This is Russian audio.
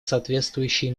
соответствующие